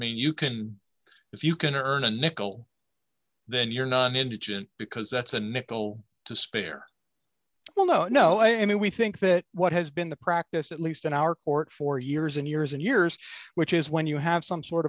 mean you can if you can earn a nickel then you're not indigent because that's a nickel to spare well no no i mean we think that what has been the practice at least in our court for years and years and years which is when you have some sort